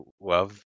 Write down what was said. love